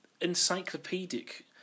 encyclopedic